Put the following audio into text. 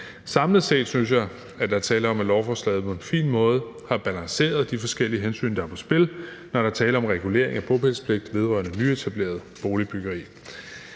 Samlet set synes jeg, der er tale om, at lovforslaget på en fin måde har balanceret de forskellige hensyn, der er på spil, når der er tale om regulering af bopælspligt vedrørende nyetableret boligbyggeri.